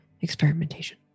experimentation